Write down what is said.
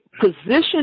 position